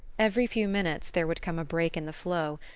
every few minutes there would come a break in the flow,